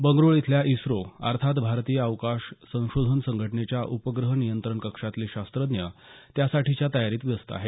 बंगळ्रु इथल्या इस्रो अर्थात भारतीय अवकाश संशोधान संघटनेच्या उपग्रह नियंत्रण कक्षातले शास्त्रज्ञ त्यासाठीच्या तयारीत व्यस्त आहेत